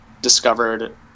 discovered